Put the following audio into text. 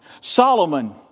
Solomon